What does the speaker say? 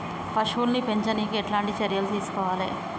పశువుల్ని పెంచనీకి ఎట్లాంటి చర్యలు తీసుకోవాలే?